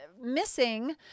missing